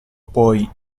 poi